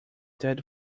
that